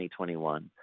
2021